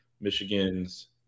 Michigan's